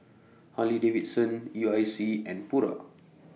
Harley Davidson U I C and Pura